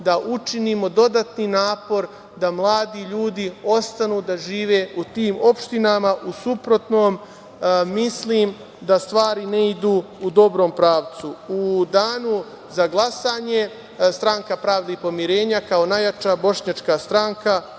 da učinimo dodatni napor da mladi ljudi ostanu da žive u tim opštinama, u suprotnom, mislim da stvari ne idu u dobrom pravcu.U danu za glasanje Stranka pravde i pomirenja, kao najjača bošnjačka stranka,